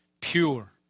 pure